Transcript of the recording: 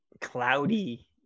cloudy